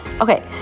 Okay